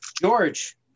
George